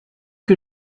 que